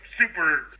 super